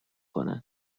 کنن